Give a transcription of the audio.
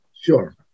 Sure